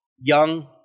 young